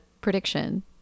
prediction